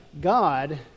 God